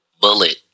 bullet